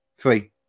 Three